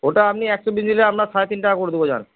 ওটা আপনি একশো পিস নিলে আপনার সাড়ে তিন টাকা করে দেব যান